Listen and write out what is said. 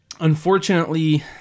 Unfortunately